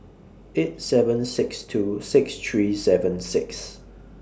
eight seven six two six three seven six